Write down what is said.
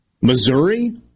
Missouri